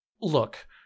Look